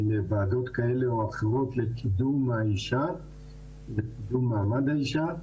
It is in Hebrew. לוועדות כאלה, או אחרות לקידום מעמד האישה,